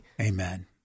Amen